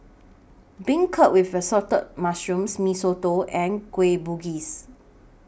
Beancurd with Assorted Mushrooms Mee Soto and Kueh Bugis